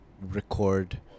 record